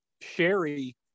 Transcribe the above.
Sherry